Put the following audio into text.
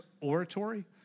Oratory